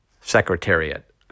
Secretariat